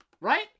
Right